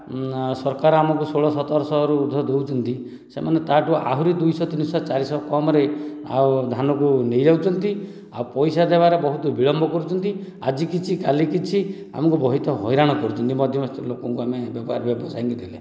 ସରକାର ଆମକୁ ଷୋଳ ସତର ଶହରୁ ଉର୍ଦ୍ଧ ଦେଉଛନ୍ତି ସେମାନେ ତାଠୁ ଆହୁରି ଦୁଇଶହ ତିନିଶହ ଚାରିଶହ କମରେ ଆଉ ଧାନ କୁ ନେଇଯାଉଛନ୍ତି ଆଉ ପଇସା ଦେବାରେ ବହୁତ ବିଳମ୍ବ କରୁଛନ୍ତି ଆଜି କିଛି କାଲି କିଛି ଆମକୁ ବହୁତ ହଇରାଣ କରୁଛନ୍ତି ମଧ୍ୟ ବ୍ୟବସାୟ ଙ୍କୁ ଦେଲେ